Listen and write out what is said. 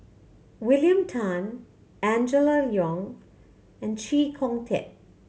William Tan Angela Liong and Chee Kong Tet